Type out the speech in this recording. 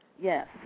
Yes